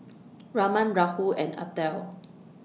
Raman Rahul and Atal